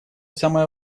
самая